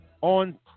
On